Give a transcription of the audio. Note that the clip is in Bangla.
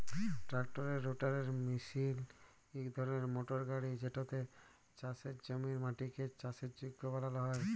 ট্রাক্টারের রোটাটার মিশিল ইক ধরলের মটর গাড়ি যেটতে চাষের জমির মাটিকে চাষের যগ্য বালাল হ্যয়